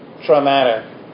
traumatic